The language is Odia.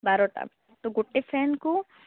ବାରଟା ତ ଗୋଟେ ଫ୍ୟାନ୍କୁ